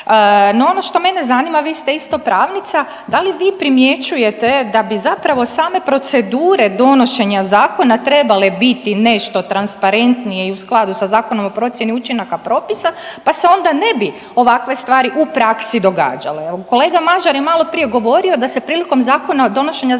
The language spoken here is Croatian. No, ono što mene zanima, vi ste isto pravnica, da li vi primjećujete da bi zapravo same procedure donošenja zakona trebale biti nešto transparentnije i u skladu sa Zakonom o procjeni učinaka propisa pa se onda ne bi ovakve stvari u praksi događale? Evo, kolega Mažar je maloprije govorio da se prilikom zakona, donošenja ZOR-a